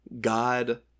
God